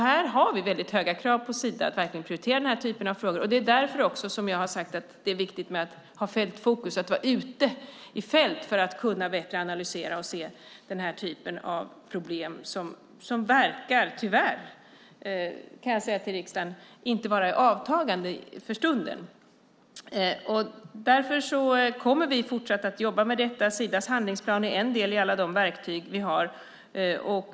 Här har vi höga krav på Sida att verkligen prioritera den typen av frågor. Det är därför det är viktigt att ha fältfokus, att vara ute i fält för att bättre kunna analysera den typen av problem som inte verkar - tyvärr, kan jag säga till riksdagen - vara i avtagande för stunden. Därför kommer vi fortsatt att jobba med detta. Sidas handlingsplan är en av alla de verktyg vi har.